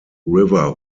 river